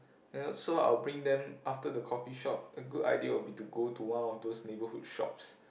eh so I'll bring them after the coffee shop a good idea will be to go to one of those neighborhood shops